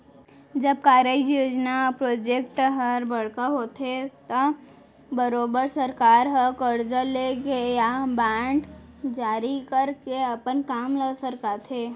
जब कारज, योजना प्रोजेक्ट हर बड़का होथे त बरोबर सरकार हर करजा लेके या बांड जारी करके अपन काम ल सरकाथे